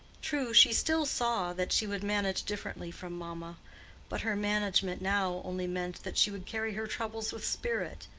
true, she still saw that she would manage differently from mamma but her management now only meant that she would carry her troubles with spirit,